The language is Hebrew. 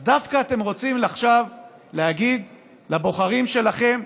אז דווקא אתם רוצים עכשיו להגיד לבוחרים שלכם,